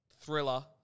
thriller